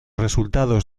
resultados